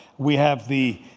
we have the